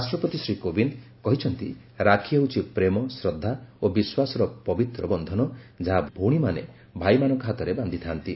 ରାଷ୍ଟ୍ରପତି ଶ୍ରୀ କୋବିନ୍ଦ କହିଛନ୍ତି ରାକ୍ଷୀ ହେଉଛି ପ୍ରେମ ଶବ୍ଧା ଓ ବିଶ୍ୱାସର ପବିତ୍ ବନ୍ଧନ ଯାହା ଭଉଣୀମାନେ ଭାଇମାନଙ୍କ ହାତରେ ବାନ୍ଧିଥାନ୍ତି